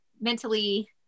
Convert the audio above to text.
mentally